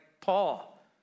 Paul